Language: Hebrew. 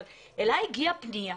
אלי הגיעה פנייה